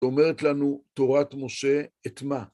אומרת לנו תורת משה את מה?